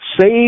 save